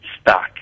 Stock